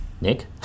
nick